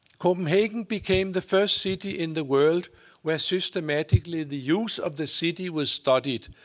copenhagen became the first city in the world where systematically the use of the city was studied.